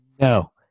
No